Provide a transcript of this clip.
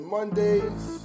Mondays